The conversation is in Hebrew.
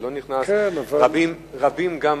רבים גם מקשיבים.